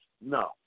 No